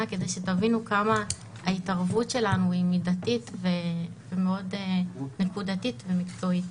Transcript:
כדי שתבינו כמה ההתערבות שלנו היא מידתית ומאוד נקודתית ומקצועית.